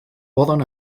poden